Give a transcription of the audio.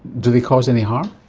do they cause any harm?